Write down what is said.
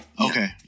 Okay